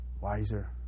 wiser